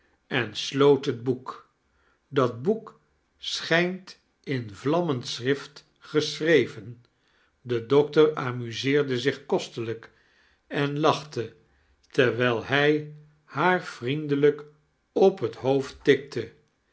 en sloot het boek dat boek schijnt in vlammend schrift geschreven de dokter amuseerde zich kostelijk en lachte terwijl hij haar vriefudelijk op het hoofd tikte